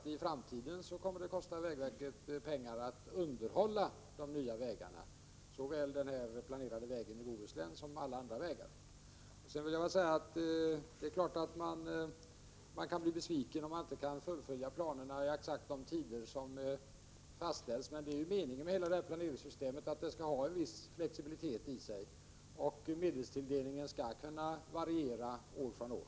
Men i framtiden kommer vägverket naturligtvis att få kostnader för att underhålla de nya vägarna, och det gäller beträffande den planerade vägen i Bohuslän lika väl som beträffande andra vägar. Man kan naturligtvis bli besviken om planer inte kan fullföljas exakt enligt de tider som fastställts, men avsikten är ju att planeringssystemet skall ha en viss flexibilitet och att medelstilldelningen skall kunna variera år från år.